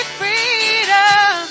freedom